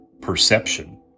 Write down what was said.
perception